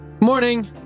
Morning